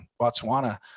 Botswana